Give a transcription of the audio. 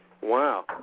Wow